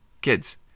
kids